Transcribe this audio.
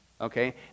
Okay